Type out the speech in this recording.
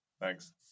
Thanks